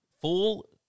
full